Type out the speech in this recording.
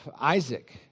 Isaac